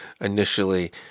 initially